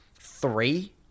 three